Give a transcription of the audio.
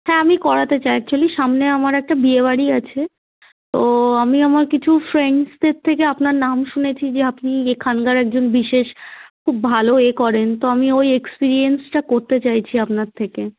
হ্যাঁ আমি করাতে চাই অ্যাকচুয়েলি সামনে আমার একটা বিয়েবাড়ি আছে তো আমি আমার কিছু ফ্রেন্ডসদের থেকে আপনার নাম শুনেছি যে আপনি এখানকার একজন বিশেষ খুব ভালো এ করেন তো আমি ওই এক্সপিরিয়েন্সটা করতে চাইছি আপনার থেকে